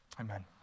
Amen